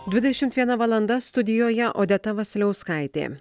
dvidešimt viena valanda studijoje odeta vasiliauskaitė